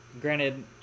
Granted